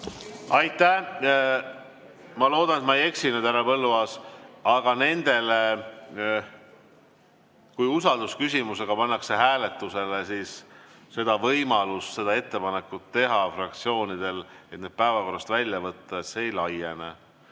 Aitäh! Ma loodan, et ma ei eksi nüüd, härra Põlluaas, aga kui usaldusküsimusega pannakse hääletusele, siis võimalust seda ettepanekut teha fraktsioonidel, et need päevakorrast välja võtta, ei ole.